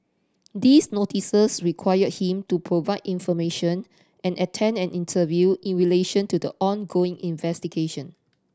these notices require him to provide information and attend an interview in relation to the ongoing investigation